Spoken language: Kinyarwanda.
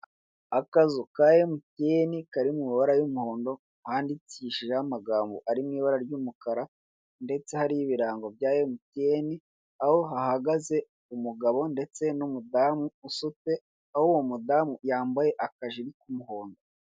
Akazu ka MTN kari mu mabara y'umuhondo ahandikishiho amagambo ari mu ibara ry'umukara ndetse hari ibirango bya MTN, aho hahagaze umugabo ndetse n'umudamu usutse, aho uwo mudamu yambaye akajire k'umuhondo.